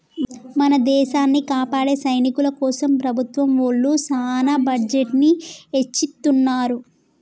మన దేసాన్ని కాపాడే సైనికుల కోసం ప్రభుత్వం ఒళ్ళు సాన బడ్జెట్ ని ఎచ్చిత్తున్నారు